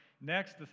Next